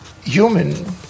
human